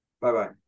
Bye-bye